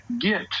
get